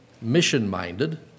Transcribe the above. mission-minded